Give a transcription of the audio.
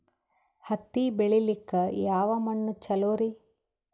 ಹತ್ತಿ ಬೆಳಿಲಿಕ್ಕೆ ಯಾವ ಮಣ್ಣು ಚಲೋರಿ?